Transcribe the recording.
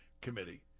Committee